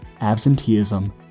absenteeism